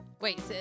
Wait